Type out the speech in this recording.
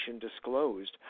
disclosed